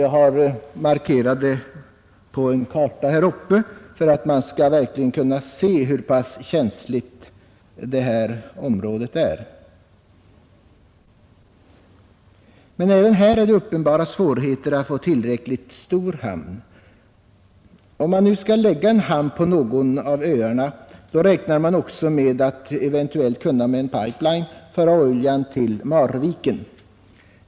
Jag har markerat det på en karta som jag visar på TV-skärmen för att ni skall kunna se hur pass känsligt området är. Även här är det uppenbara svårigheter att få en tillräckligt stor hamn. Om man nu skall lägga en hamn på någon av öarna, räknar man med att eventuellt kunna med pipeline föra oljan till Marviken.